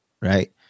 right